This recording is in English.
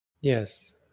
Yes